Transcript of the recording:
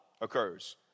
occurs